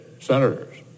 senators